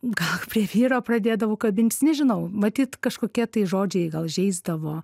gal prie vyro pradėdavau kabintis nežinau matyt kažkokie tai žodžiai gal žeisdavo